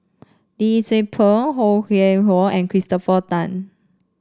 Lee Tzu Pheng Ho Yuen Hoe and Christopher Tan